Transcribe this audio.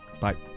bye